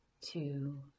two